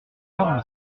heure